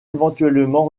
éventuellement